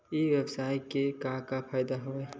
ई व्यवसाय के का का फ़ायदा हवय?